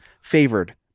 favored